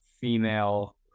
female